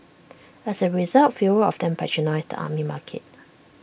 as A result fewer of them patronise the Army Market